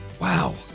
Wow